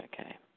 Okay